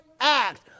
act